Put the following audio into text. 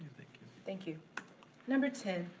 thank you. number ten.